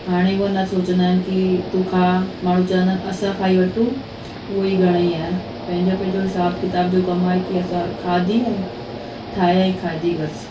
हाणे उहा न सोचंदा आहिनि की तूं खां माण्हू चवंदा आहिनि असां खाई वठूं उहा ई घणा ई आहे पंहिंजो पंहिंजो हिसाबु किताब जो कमु आहे जी असां खाधी ऐं ठाहे ऐं खाधी बसि